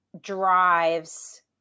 drives